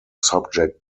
subject